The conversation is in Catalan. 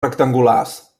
rectangulars